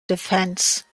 defense